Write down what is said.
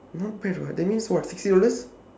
not bad [what] that means what sixty dollars